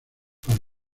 para